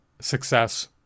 success